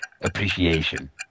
Appreciation